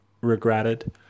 regretted